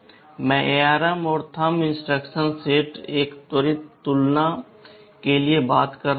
मैं ARM और thumb instruction set एक त्वरित तुलना के बारे में बात कर रहा हूं